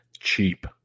cheap